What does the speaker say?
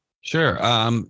Sure